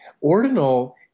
ordinal